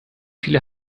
viele